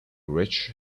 rich